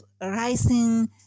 rising